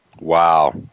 Wow